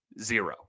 Zero